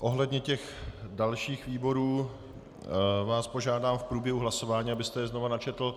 Ohledně dalších výborů vás požádám v průběhu hlasování, abyste je znova načetl.